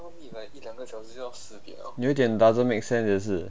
有点 doesn't make sense 也是